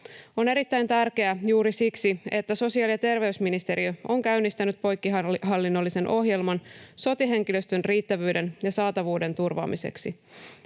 On erittäin tärkeää juuri siksi, että sosiaali- ja terveysministeriö on käynnistänyt poikkihallinnollisen ohjelman sote-henkilöstön riittävyyden ja saatavuuden turvaamiseksi.